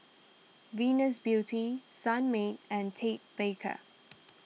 Venus Beauty Sunmaid and Ted Baker